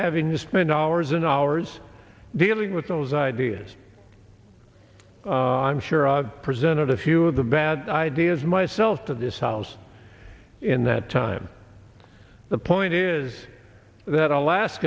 having to spend hours and hours dealing with those ideas i'm sure og presented a few of the bad ideas myself to this house in that time the point is that